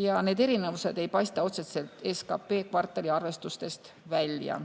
Ja need erinevused ei paista otseselt SKP kvartaliarvestustest välja.